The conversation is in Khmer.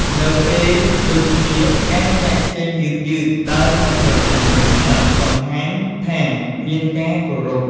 នៅពេលដូចគ្នា ការចាកចេញយឺតៗ ដោយមិនប្រញាប់ប្រញាល់ បង្ហាញថាមានការគោរព។